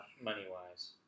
Money-wise